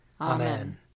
Amen